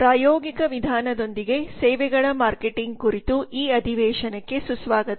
ಪ್ರಾಯೋಗಿಕ ವಿಧಾನದೊಂದಿಗೆ ಸೇವೆಗಳ ಮಾರ್ಕೆಟಿಂಗ್ ಕುರಿತು ಈ ಅಧಿವೇಶನಕ್ಕೆ ಸುಸ್ವಾಗತ